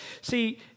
see